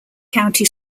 county